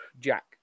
Jack